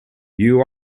you